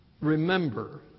remember